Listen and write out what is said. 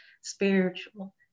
spiritual